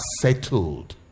settled